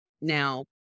Now